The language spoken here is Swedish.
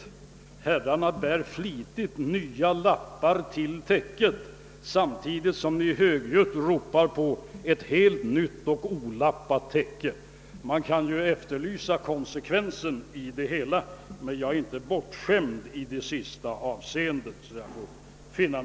Men herrarna bär flitigt fram nya lappar till täcket samtidigt som ni högljutt ropar på ett helt nytt och olappat täcke. Man kan verkligen efterlysa konsekvensen i det hela, men jag är ju inte bortskämd i det avseendet.